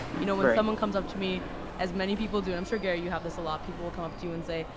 you know when someone comes up to me as many people do, and i'm sure gary you have this a lot, people will come up to you and say,